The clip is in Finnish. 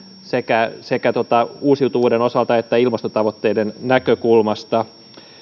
sekä sekä uusiutuvuuden osalta että ilmastotavoitteiden näkökulmasta